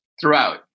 Throughout